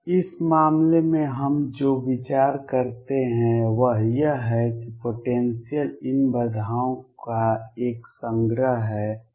इस मामले में हम जो विचार करते हैं वह यह है कि पोटेंसियल इन बाधाओं का एक संग्रह है